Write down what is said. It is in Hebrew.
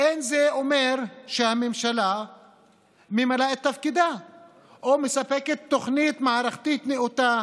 אין זה אומר שהממשלה ממלאת את תפקידה או מספקת תוכנית מערכתית נאותה